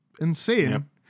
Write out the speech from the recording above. insane